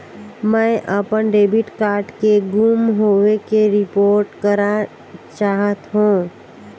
मैं अपन debit card के गुम होवे के रिपोर्ट करा चाहत हों